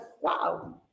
wow